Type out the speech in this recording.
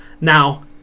Now